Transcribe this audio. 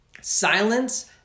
silence